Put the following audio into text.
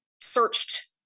searched